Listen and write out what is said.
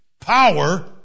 power